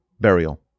burial